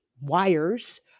wires